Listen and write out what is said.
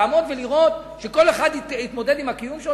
לעמוד ולראות שכל אחד יתמודד עם הקיום שלו?